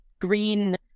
green